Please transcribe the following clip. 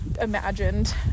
imagined